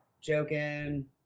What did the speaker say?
joking